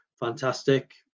fantastic